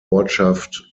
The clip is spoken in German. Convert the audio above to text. ortschaft